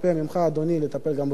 לטפל גם בסוגיה בדרום הארץ,